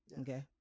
okay